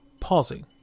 pausing